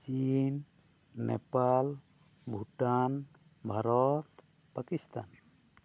ᱪᱤᱱ ᱱᱮᱯᱟᱞ ᱵᱷᱩᱴᱟᱱ ᱵᱷᱟᱨᱚᱛ ᱯᱟᱠᱤᱥᱛᱟᱱ